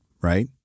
right